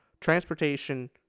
transportation